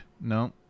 No